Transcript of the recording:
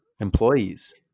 employees